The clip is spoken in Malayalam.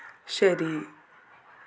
ശരി